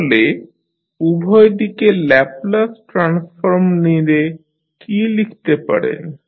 তাহলে উভয় দিকে ল্যাপলাস ট্রান্সফর্ম নিলে কী লিখতে পারেন